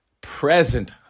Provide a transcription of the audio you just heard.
present